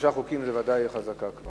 שלושה חוקים זה ודאי כבר חזקה.